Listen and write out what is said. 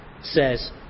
says